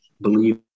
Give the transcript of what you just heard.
believe